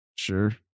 Sure